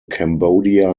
cambodia